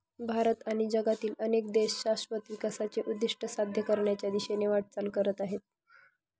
भारत आणि जगातील अनेक देश शाश्वत विकासाचे उद्दिष्ट साध्य करण्याच्या दिशेने वाटचाल करत आहेत